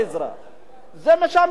זה מה שהמדינה צריכה לעשות,